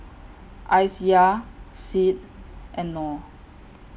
Aisyah Syed and Nor